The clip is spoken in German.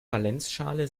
valenzschale